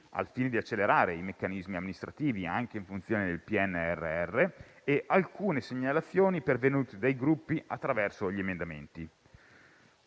al fine di accelerare i meccanismi amministrativi anche in funzione del PNRR, e alcune segnalazioni pervenute dai Gruppi attraverso gli emendamenti.